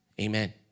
Amen